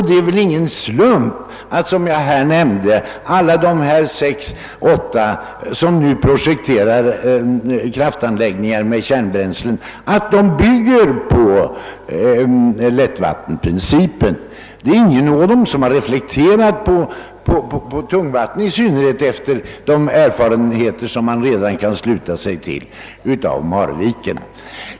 Det är väl ingen slump att, såsom jag nämnde, alla de sex, åtta företag av olika typ som nu i vårt land projekterar kraftanläggningar med kärnbränsle bygger på lättvattenprincipen. Inget av dem reflekterar f. n. på tungvattenreaktorn, i synnerhet inte efter de erfarenheter man fått av Marviken.